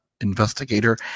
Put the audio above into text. investigator